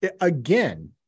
again